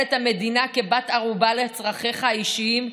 את המדינה כבת ערובה לצרכיך האישיים,